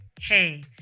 Hey